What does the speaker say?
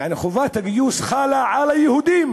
יעני, חובת הגיוס חלה על היהודים